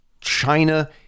China